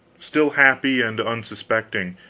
still happy and unsuspecting,